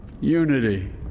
Unity